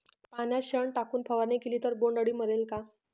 पाण्यात शेण टाकून फवारणी केली तर बोंडअळी मरेल का?